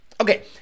okay